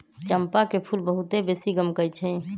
चंपा के फूल बहुत बेशी गमकै छइ